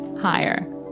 higher